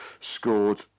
scored